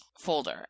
folder